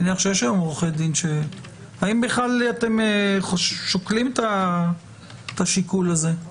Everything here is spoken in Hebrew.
האם אתם בכלל שוקלים את השיקול הזה?